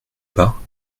pas